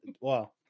wow